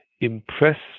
impressed